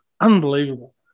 Unbelievable